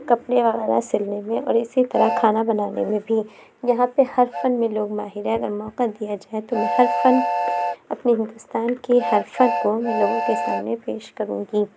کپڑے وغیرہ سلنے میں اور اِسی طرح کھانا بنانے میں بھی یہاں پہ ہر فن میں لوگ ماہر ہیں اگر موقع دیا جائے تو میں ہر فن اپنے ہندوستان کے ہر فن کو میں لوگوں کے سامنے پیش کروں گی